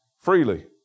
freely